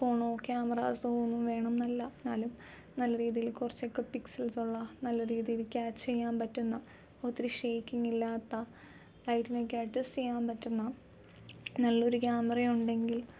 ഫോണോ ക്യാമറാസോ ഒന്നും വേണമെന്നല്ല എന്നാലും നല്ലരീതിയില് കുറച്ചൊക്കെ പിക്സൽസുള്ള നല്ല രീതിയില് ക്യാച്ച് ചെയ്യാൻ പറ്റുന്ന ഒത്തിരി ഷെയ്ക്കിങ്ങില്ലാത്ത ലൈറ്റിനൊക്കെ അഡ്ജസ്റ്റ് ചെയ്യാൻ പറ്റുന്ന നല്ലൊരു ക്യാമറയുണ്ടെങ്കിൽ